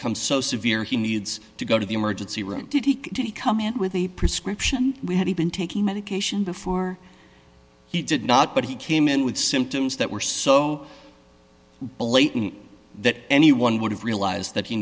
become so severe he needs to go to the emergency room did he come in with a prescription we had he been taking medication before he did not but he came in with symptoms that were so blatant that anyone would realize that he